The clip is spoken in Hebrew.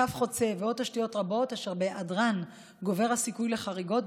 קו חוצה ועוד תשתיות רבות אשר בהיעדרן גובר הסיכוי לחריגות,